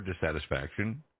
dissatisfaction